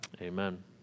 Amen